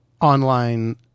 online